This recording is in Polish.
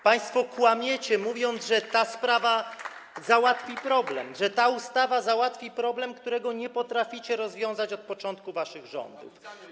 Państwo kłamiecie, mówiąc, że ta sprawa załatwi problem, że ta ustawa załatwi problem, którego nie potraficie rozwiązać od początku waszych rządów.